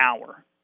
hour